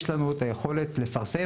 יש לנו את היכולת לפרסם,